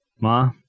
Ma